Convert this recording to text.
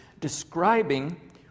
describing